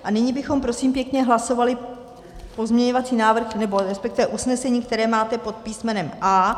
A nyní bychom prosím pěkně hlasovali pozměňovací návrh, nebo respektive usnesení, které máte pod písmenem A.